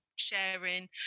sharing